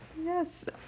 Yes